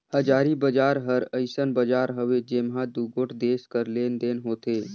हाजरी बजार हर अइसन बजार हवे जेम्हां दुगोट देस कर लेन देन होथे